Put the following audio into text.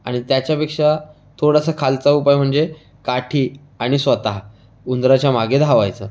आणि त्याच्यापेक्षा थोडासा खालचा उपाय म्हणजे काठी आणि स्वतः उंदराच्या मागे धावायचं